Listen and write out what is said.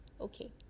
okay